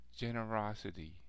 generosity